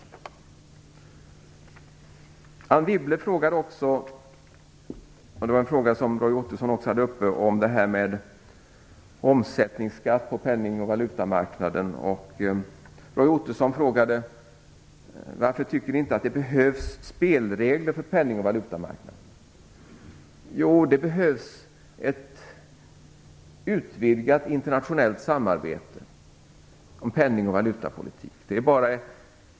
Anne Wibble frågade vidare - det var en fråga som även Roy Ottosson tog upp - om omsättningsskatt på penning och valutamarknaden. Roy Ottosson frågade varför vi inte tycker att det behövs spelregler för penning och valutamarknaden. Jo, det behövs ett utvidgat internationellt samarbete om penning och valutapolitik.